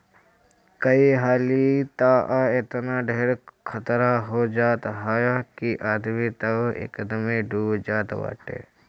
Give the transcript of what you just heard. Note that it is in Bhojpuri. कई हाली तअ एतना ढेर खतरा हो जात हअ कि आदमी तअ एकदमे डूब जात बाटे